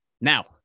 Now